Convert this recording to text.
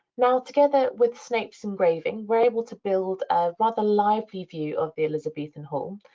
now together with snape's engraving, we're able to build a rather lively view of the elizabethan hall.